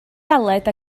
galed